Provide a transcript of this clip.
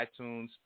iTunes